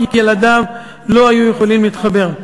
כי ילדיו לא היו יכולים להתחבר.